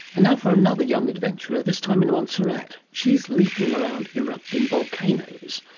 now for another young adventurer, this time in montserrat. she's leaping around erupting volcanoes.